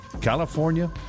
California